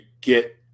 get